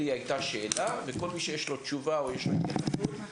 רואים שיעורים מאוד גבוהים